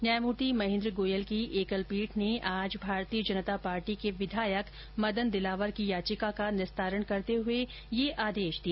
न्यायमूर्ति महेन्द्र गोयल की एकलपीठ ने आज भारतीय जनता पार्टी के विधायक मदन दिलावर की याचिका का निस्तारण करते हुए यह आदेश दिया